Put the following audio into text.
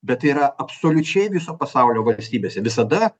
bet tai yra absoliučiai viso pasaulio valstybėse visada